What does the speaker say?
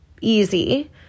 easy